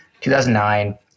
2009